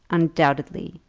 undoubtedly.